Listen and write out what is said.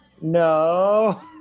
no